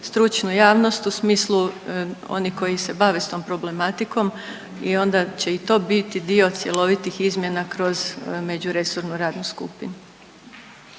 stručnu javnost u smislu onih koji se bave s tom problematikom i onda će i to biti dio cjelovitih izmjena kroz međuresornu radnu skupinu.